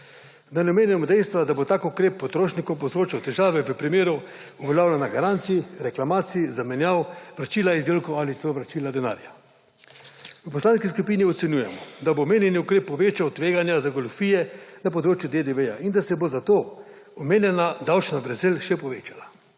Da ne omenjamo dejstva, da bo tak ukrep potrošnikom povzročil težave v primeru uveljavljanja garancij, reklamacij, zamenjav, vračila izdelkov ali celo vračila denarja. V poslanski skupini ocenjujemo, da bo omenjeni ukrep povečal tveganja za goljufije na področju DDV-ja in da se bo zato omenjena davčna vrzel še povečala.